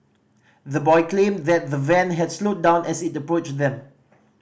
the boy claimed that the van had slowed down as it approached them